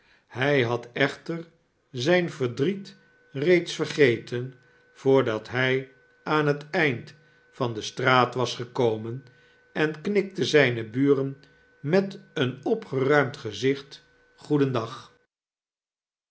hij had echter zijn verdriet reeds vergeten voordat hij aan het eind van de straat was gekomen en knikte zijne buren met een opgeruimd gezicht goedendag